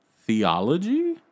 theology